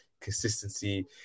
Consistency